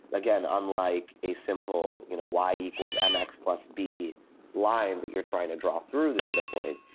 again, unlike a simple you know y equals mx plus b line that you're trying to draw through the data points,